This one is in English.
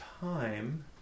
time